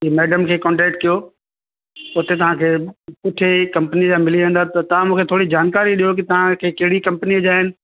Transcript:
कि मैडम खे कॉन्टेक्ट कयो उते तव्हांखे सुठी कंपनी जा मिली वेंदा त तव्हां मूंखे थोरी जानकारी ॾियो कि तव्हांखे कहिड़ी कंपनीअ जा आहिनि